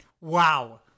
Wow